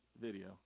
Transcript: video